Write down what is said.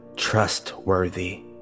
Trustworthy